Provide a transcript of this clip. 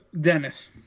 Dennis